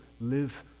live